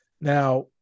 now